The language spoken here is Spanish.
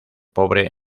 pobre